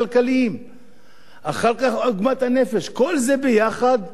כל זה ביחד זה דבר שאנחנו לא יכולים